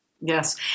Yes